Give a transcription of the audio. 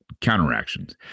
counteractions